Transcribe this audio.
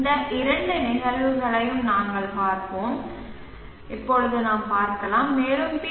இந்த இரண்டு நிகழ்வுகளையும் நாங்கள் பார்ப்போம் மேலும் பி